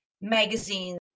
magazines